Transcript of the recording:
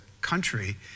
country